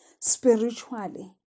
spiritually